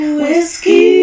whiskey